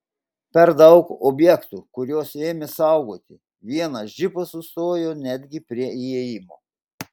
per daug objektų kuriuos ėmė saugoti vienas džipas sustojo netgi prie įėjimo